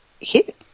hit